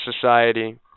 society